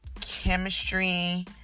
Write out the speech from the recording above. chemistry